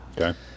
Okay